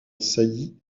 saillie